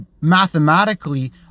mathematically